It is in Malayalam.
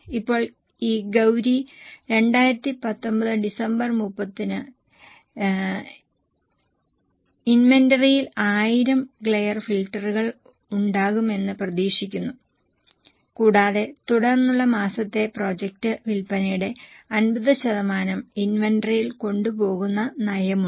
ഇപ്പോൾ ഈ ഗൌരി 2019 ഡിസംബർ 31 ന് ഇൻവെന്ററിയിൽ 1000 ഗ്ലെയർ ഫിൽട്ടറുകൾ ഉണ്ടാകുമെന്ന് പ്രതീക്ഷിക്കുന്നു കൂടാതെ തുടർന്നുള്ള മാസത്തെ പ്രൊജക്റ്റ് വിൽപ്പനയുടെ 50 ശതമാനം ഇൻവെന്ററിയിൽ കൊണ്ടുപോകുന്ന നയമുണ്ട്